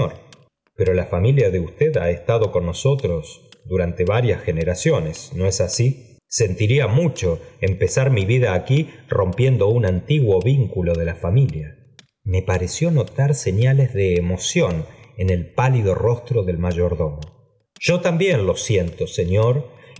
pero la familia de usted ha estado con nosotros durante varias generaciones no es así sentiría mucho empezar mi vida aquí rompiendo un antiguo vínculo de la familia me pareció notar señales de emoción en el pálido rostro de mayordomo yo también lo siento señor